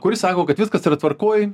kuris sako kad viskas yra tvarkoj